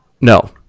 No